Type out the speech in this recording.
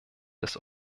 des